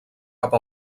cap